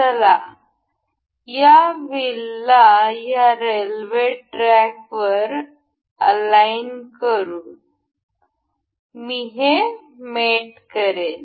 चला या व्हीलला या रेल्वे ट्रॅकवर अलाइन करू मी हे मेट करीन